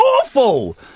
Awful